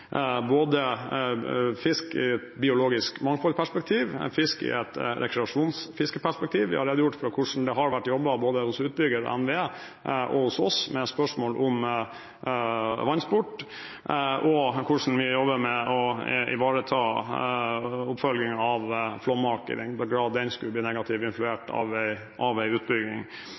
både hos utbygger NVE og hos oss med spørsmål om vannsport, og hvordan vi jobber med å ivareta oppfølgingen av flommarker – i den grad den skulle bli negativt